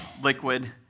liquid